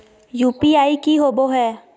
UPI की होबो है?